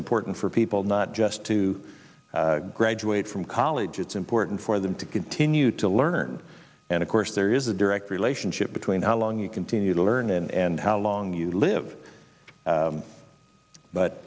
important for people not just to graduate from college it's important for them to continue to learn and of course there is a direct relationship between how long you continue to learn and how long you live